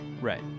Right